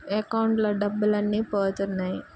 అకౌంట్ల డబ్బులు అన్నీ పోతున్నాయి